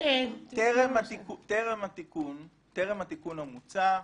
טרם התיקון המוצע,